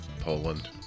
Poland